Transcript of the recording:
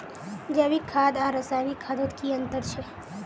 जैविक खाद आर रासायनिक खादोत की अंतर छे?